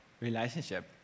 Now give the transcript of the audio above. relationship